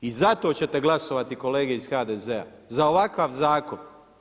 I zato ćete glasovati kolege iz HDZ-a, za ovakav zakon.